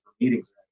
meetings